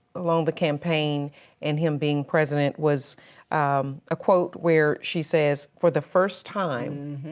along the campaign and him being president was a quote where she says, for the first time,